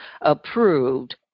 approved